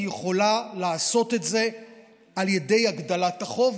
היא יכולה לעשות את זה על ידי הגדלת החוב,